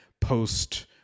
post